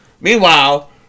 Meanwhile